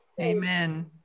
Amen